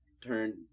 turn